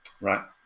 Right